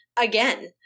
again